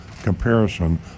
comparison